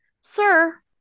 sir